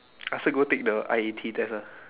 ask her go take the I_A_T test ah